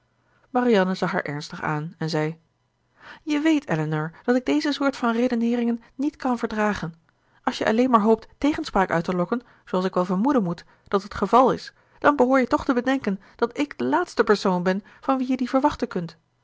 marianne zag haar ernstig aan en zei je weet elinor dat ik deze soort van redeneeringen niet kan verdragen als je alleen maar hoopt tegenspraak uit te lokken zooals ik wel vermoeden moet dat het geval is dan behoor je toch te bedenken dat ik de laatste persoon ben van wie je die verwachten kunt